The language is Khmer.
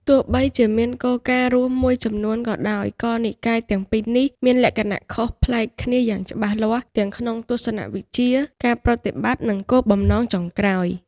ទោះបីជាមានគោលការណ៍រួមមួយចំនួនក៏ដោយ ក៏និកាយទាំងពីរនេះមានលក្ខណៈខុសប្លែកគ្នាយ៉ាងច្បាស់លាស់ ទាំងក្នុងទស្សនៈវិជ្ជា ការប្រតិបត្តិ និងគោលបំណងចុងក្រោយ។